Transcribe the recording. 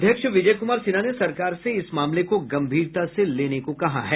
अध्यक्ष विजय कुमार सिन्हा ने सरकार से इस मामले को गंभीरता से लेने को कहा है